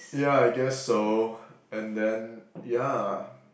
yeah I guess so and then yeah